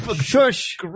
Shush